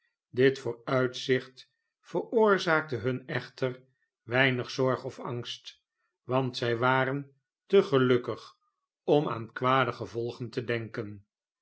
dit vooruitzicht veroorzaakte hun echter weinig zorg of angst want zij waren te gelukkig om aan kwade gevolgen te denken